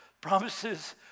promises